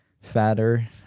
fatter